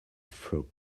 through